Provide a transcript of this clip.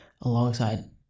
Alongside